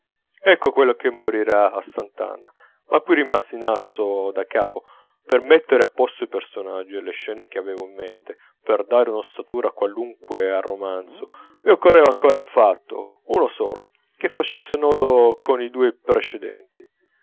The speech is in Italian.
ecco quello che morirà a sant'anna ma qui rimasi in asso da capo per mettere a posto i personaggi e le scene che avevo in mente per dare un'ossatura qualunque al romanzo mi occorreva ancora un fatto uno solo che facesse nodo coi due precedenti